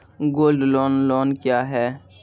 Gold loan loan क्या हैं?